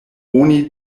oni